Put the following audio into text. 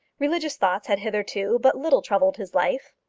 religious thoughts had hitherto but little troubled his life.